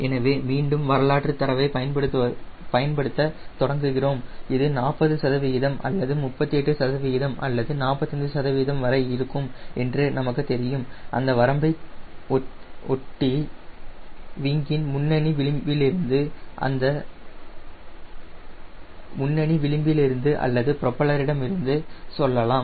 எனவே மீண்டும் வரலாற்றுத் தரவின் பயன்பாடுகளை பயன்படுத்தத் தொடங்குகிறோம் இது 40 சதவிகிதம் அல்லது 38 சதவிகிதம் முதல் 45 சதவிகிதம் வரை இருக்கும் என்று நமக்கு தெரியும் அந்த வரம்பைச் ஒட்டி விங்கின் முன்னணி விளிம்பிலிருந்து அல்லது புரோப்பல்லரிடமிருந்து சொல்லலாம்